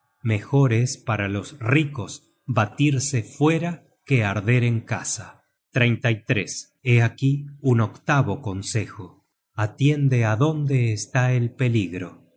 es para los ricos batirse fuera que arder en casa hé aquí un octavo consejo atiende á donde está el peligro